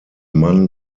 mann